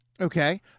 Okay